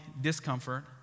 discomfort